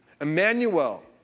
Emmanuel